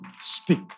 speak